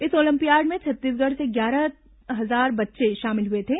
इस ओलम्पियाड में छत्तीसगढ़ से ग्यारह हजार बच्चे शामिल हुए थे